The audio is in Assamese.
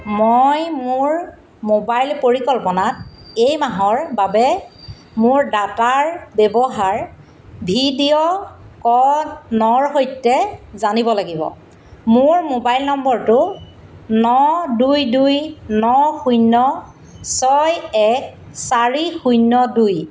মই মোৰ মোবাইল পৰিকল্পনাত এই মাহৰ বাবে মোৰ ডাটাৰ ব্যৱহাৰ ভিডিঅ'কনৰ সৈতে জানিব লাগিব মোৰ মোবাইল নম্বৰটো ন দুই দুই ন শূন্য ছয় এক চাৰি শূন্য দুই